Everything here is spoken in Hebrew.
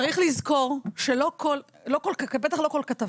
צריך לזכור שבטח לא כל כתבה,